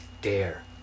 dare